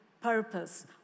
purpose